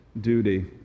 duty